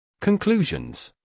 Conclusions